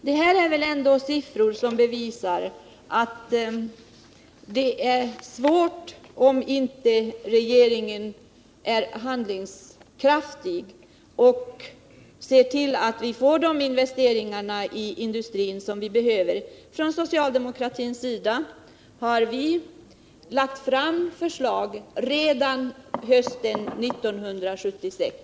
Detta är väl ändå siffror som bevisar att det är svårt om inte regeringen är handlingskraftig och ser till att vi får de investeringar i industrin som behövs. Socialdemokraterna hade lagt fram förslag redan hösten 1976.